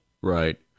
Right